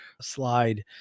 slide